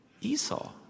Esau